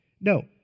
No